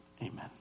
Amen